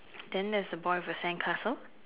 then there's a boy with a sandcastle